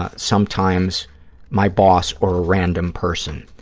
ah sometimes my boss or a random person.